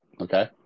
okay